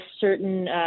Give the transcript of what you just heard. certain